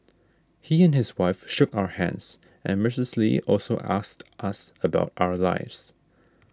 he and his wife shook our hands and Missus Lee also asked us about our lives